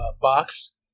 box